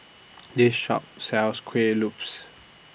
This Shop sells Kuih Lopes